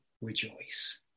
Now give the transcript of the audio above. rejoice